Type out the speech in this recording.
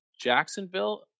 Jacksonville